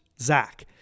Zach